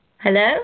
Hello